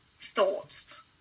thoughts